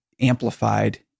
amplified